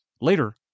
later